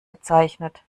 bezeichnet